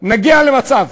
נגיע למצב,